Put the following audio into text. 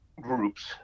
groups